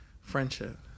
friendship